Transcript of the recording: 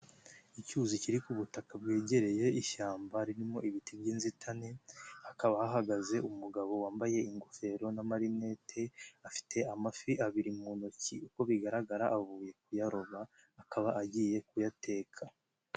Icyuzi kiri ku butaka bwegereye ishyamba ririmo ibiti by'inzitane, hakaba hahagaze umugabo wambaye ingofero na' marinete, afite amafi abiri mu ntoki uko bigaragara avuye kuyaroba akaba agiye kuyateka.